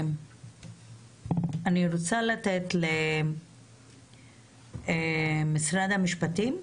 אני רוצה לתת למשרד המשפטים,